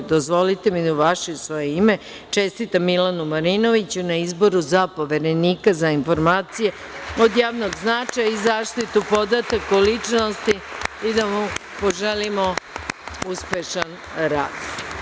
Dozvolite mi da, u vaše i u svoje ime, čestitam Milanu Marinoviću na izboru za Poverenika za informacije od javnog značaja i zaštitu podataka o ličnosti i da mu poželimo uspešan rad.